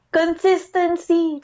consistency